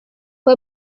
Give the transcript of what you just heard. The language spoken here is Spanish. fue